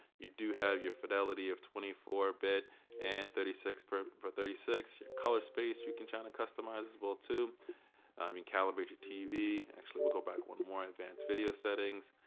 you do have your fidelity of twenty four bit and thirty six per per thirty six. your color space you can kinda customize as well too. i mean, calibrate your tv. actually we'll go back one more, advanced video settings.